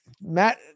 Matt